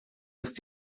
ist